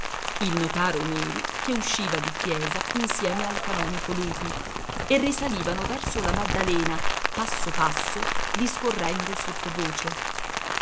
il notaro neri che usciva di chiesa insieme al canonico lupi e risalivano verso la maddalena passo passo discorrendo sottovoce